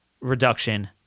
reduction